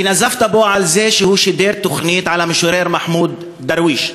ונזפת בו על ששידר תוכנית על המשורר מחמוד דרוויש.